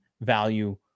value